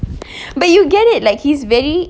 but you get it like he's very